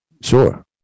sure